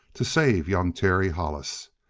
to save young terry hollis.